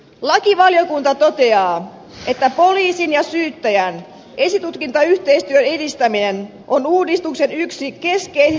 lakivaliokunta toteaa että poliisin ja syyttäjän esitutkintayhteistyön edistäminen on uudistuksen yksi keskeisistä painopisteistä